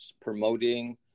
promoting